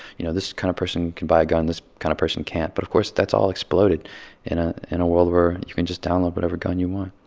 you know, this kind of person can buy a gun. this kind of person can't. but, of course, that's all exploded in ah in a world where you can just download whatever gun you want